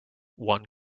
one